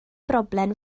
broblem